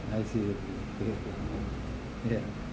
I see already okay ya